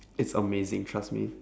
it's amazing trust me